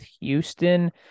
Houston